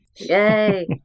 Yay